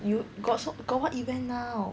you got so got what event now